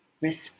respect